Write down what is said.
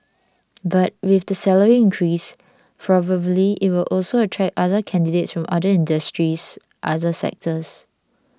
but with the salary increase probably it will also attract other candidates from other industries other sectors